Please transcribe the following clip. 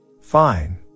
Fine